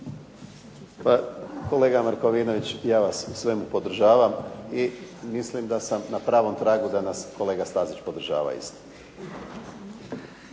Pa kolega Markovinović, ja vas u svemu podržavam i mislim da sam na pravom tragu da nas kolega Stazić podržava isto.